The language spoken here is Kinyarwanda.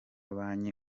banki